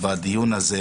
בדיון הזה,